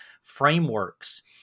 frameworks